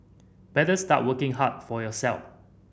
better start working hard for yourself